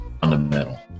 fundamental